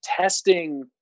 testing